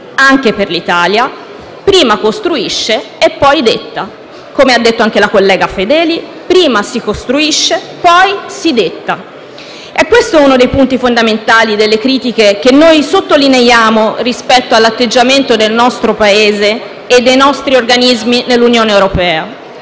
anche l'Italia prima costruisce e poi detta. Come ha detto anche la collega Fedeli, infatti, prima si costruisce e poi si detta. Questo è uno dei punti fondamentali delle critiche che noi sottolineiamo rispetto all'atteggiamento del nostro Paese e dei nostri organismi nell'Unione europea.